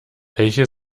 welche